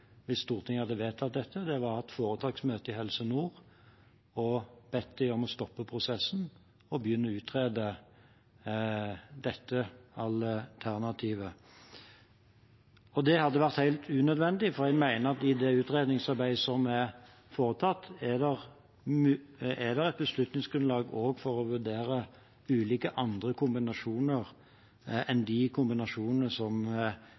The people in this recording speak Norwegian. hvis Stortinget hadde vedtatt dette, og det var å ha foretaksmøte i Helse Nord og be dem om å stoppe prosessen og begynne å utrede dette alternativet. Og det hadde vært helt unødvendig, for jeg mener at i det utredningsarbeidet som er foretatt, er det et beslutningsgrunnlag også for å vurdere ulike andre kombinasjoner enn de kombinasjonene som